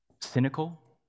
cynical